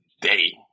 day